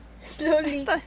Slowly